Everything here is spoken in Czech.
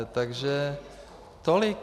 Takže tolik.